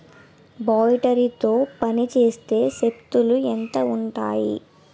Battery తో పనిచేసే స్ప్రేలు ఎంత ఉంటాయి?